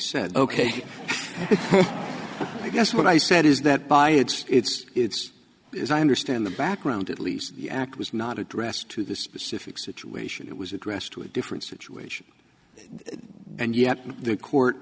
said ok i guess what i said is that by it's it's it's as i understand the background at least the act was not addressed to the specific situation it was addressed to a different situation and yet the court